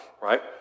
right